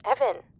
Evan